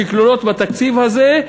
שכלולות בתקציב הזה,